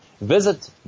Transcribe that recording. visit